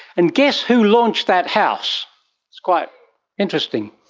and guess who launched that house? it's quite interesting.